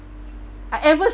uh ever